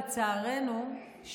לצערנו,